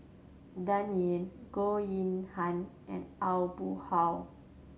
Dan Ying Goh Yihan and Aw Boon Haw